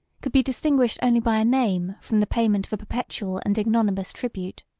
could be distinguished only by a name from the payment of a perpetual and ignominious tribute.